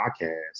podcast